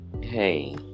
Hey